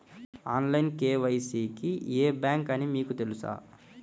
Online KYC కి ఏ bank అని మీకు తెలుసా?